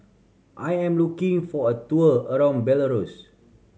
I am looking for a tour around Belarus